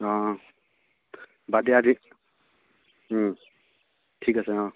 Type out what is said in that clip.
অ' birthday আজি ঠিক আছে অ'